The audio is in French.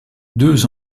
deux